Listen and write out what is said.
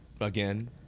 again